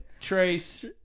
Trace